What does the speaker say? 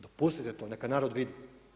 Dopustite to, neka narod vidi.